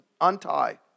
untie